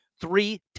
three